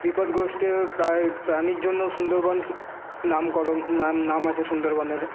বিপদগ্রস্ত প্রাণীর জন্য সুন্দরবন নামকরণ নাম নাম আছে সুন্দরবনের